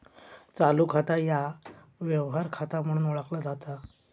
चालू खाता ह्या व्यवहार खाता म्हणून ओळखला जाता